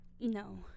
No